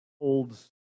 holds